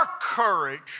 courage